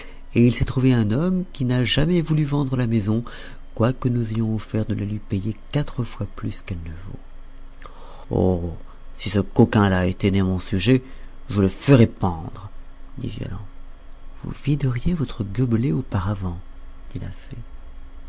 et il s'est trouvé un homme qui n'a jamais voulu vendre sa maison quoique nous ayons offert de la lui payer quatre fois plus qu'elle ne vaut si ce coquin-là était mon sujet je le ferais pendre dit violent vous videriez votre gobelet auparavant dit la fée